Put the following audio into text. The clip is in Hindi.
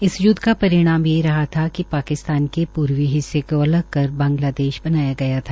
इस य्दव का परिणाम ये रहा था कि पाकिस्तान के पूर्वी हिस्से को अलग कर बांगलादेश बनाया गया था